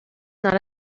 not